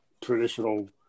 traditional